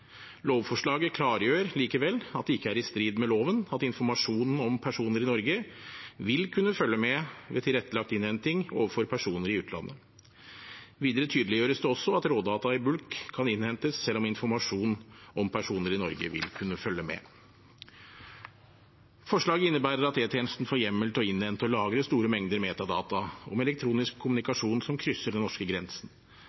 Lovforslaget klargjør likevel at det ikke er i strid med loven at informasjon om personer i Norge vil kunne følge med ved tilrettelagt innhenting overfor personer i utlandet. Videre tydeliggjøres det også at rådata i bulk kan innhentes selv om informasjon om personer i Norge vil kunne følge med. Forslaget innebærer at E-tjenesten får hjemmel til å innhente og lagre store mengder metadata om elektronisk